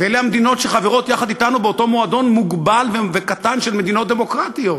ואלה המדינות שחברות אתנו באותו מועדון מוגבל וקטן של מדינות דמוקרטיות.